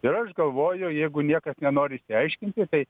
ir aš galvoju jeigu niekas nenori išsiaiškinti tai